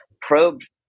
probed